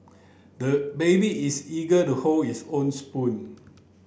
the baby is eager to hold his own spoon